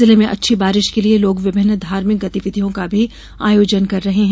जिले में अच्छी बारिश के लिये लोग विभिन्न धार्मिक गतिविधियों का भी आयोजन कर रहे हैं